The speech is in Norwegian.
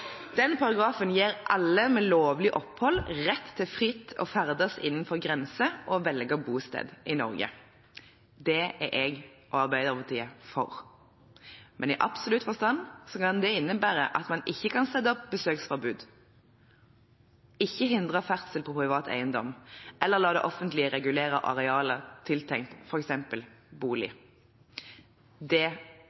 paragrafen gir alle med lovlig opphold rett til fritt å ferdes innenfor grensene og å velge bosted i Norge. Det er jeg og Arbeiderpartiet for. Men i absolutt forstand kan det innebære at man ikke kan sette opp besøksforbud, hindre ferdsel på privat eiendom eller la det offentlige regulere arealer tiltenkt